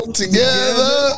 together